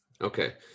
Okay